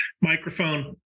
microphone